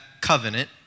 covenant